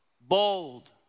Bold